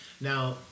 Now